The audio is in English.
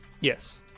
yes